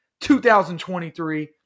2023